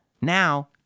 Now